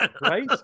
Right